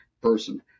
person